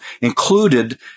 included